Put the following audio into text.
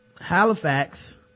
Halifax